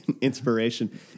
Inspiration